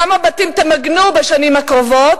כמה בתים תמגנו בשנים הקרובות,